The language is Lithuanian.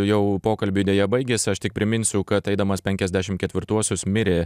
jau pokalbiui deja baigėsi aš tik priminsiu kad eidamas penkiasdešim ketvirtuosius mirė